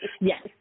Yes